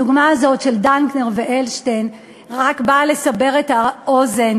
הדוגמה הזאת של דנקנר ואלשטיין רק באה לסבר את האוזן